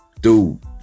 Dude